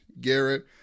Garrett